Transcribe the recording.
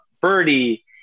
birdie